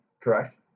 Correct